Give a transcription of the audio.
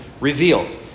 revealed